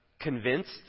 convinced